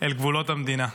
אל גבולות המדינה.